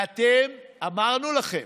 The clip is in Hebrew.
אמרנו לכם,